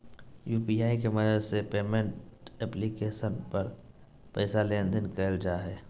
UPI के मदद से पेमेंट एप्लीकेशन पर पैसा लेन देन कइल जा हइ